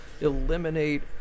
eliminate